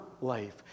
life